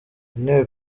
intebe